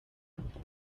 rwanda